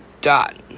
done